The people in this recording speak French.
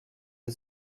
des